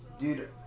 Dude